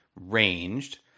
ranged